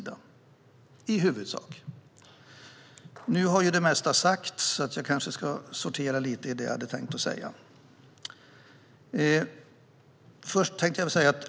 Det mesta har sagts, och jag ska därför sortera lite i det som jag hade tänkt säga.